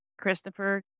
Christopher